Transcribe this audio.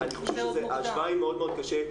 ההשוואה היא מאוד קשה,